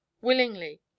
willingly